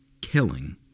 killing